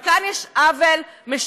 אבל כאן יש עוול משווע,